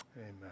amen